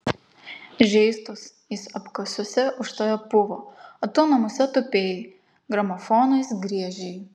žeistos jis apkasuose už tave puvo o tu namuose tupėjai gramofonais griežei